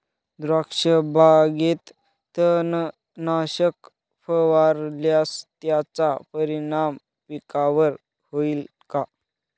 द्राक्षबागेत तणनाशक फवारल्यास त्याचा परिणाम पिकावर होईल का?